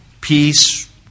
peace